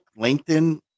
LinkedIn